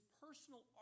personal